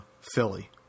Philly